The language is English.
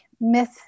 myth